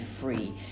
free